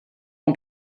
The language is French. mon